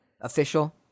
official